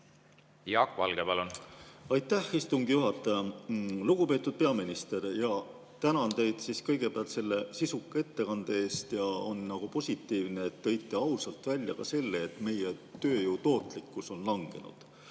Jaak Valge, palun! Aitäh, istungi juhataja! Lugupeetud peaminister! Tänan teid kõigepealt selle sisuka ettekande eest. Ja on positiivne, et tõite ausalt välja ka selle, et meie tööjõu tootlikkus on langenud.